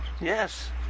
Yes